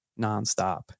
nonstop